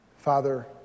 Father